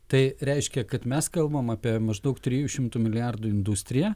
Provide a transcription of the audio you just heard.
tai reiškia kad mes kalbam apie maždaug trijų šimtų milijardų industriją